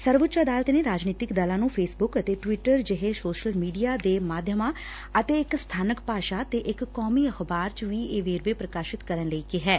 ਸਰਵਉੱਚ ਅਦਾਲਤ ਨੇ ਰਾਜਨੀਤਿਕ ਦਲਾਂ ਨੂੰ ਫੇਸਬੁੱਕ ਅਤੇ ਟਵੀਟਰ ਜਿਹੇ ਸੋਸ਼ਲ ਮੀਡੀਆ ਦੇ ਮਾਧਿਅਮਾਂ ਅਤੇ ਇਕ ਸਬਾਨਕ ਭਾਸ਼ਾ ਤੇ ਇਕ ਕੌਮੀ ਅਖ਼ਬਾਰ ਚ ਵੀ ਇਹ ਵੇਰਵੇ ਪ੍ਰਕਾਸ਼ਿਤ ਕਰਨ ਲਈ ਕਿਹੈ